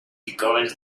because